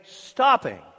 stopping